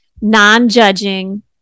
non-judging